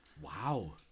Wow